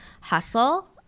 hustle